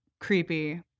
creepy